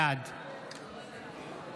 בעד